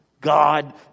God